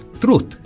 truth